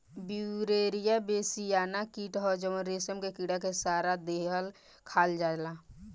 Beauveria bassiana कीट ह जवन रेशम के कीड़ा के सारा देह खा जाला